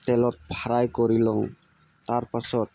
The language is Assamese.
তেলত ফ্ৰাই কৰি লওঁ তাৰপাছত